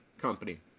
Company